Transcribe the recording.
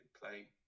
play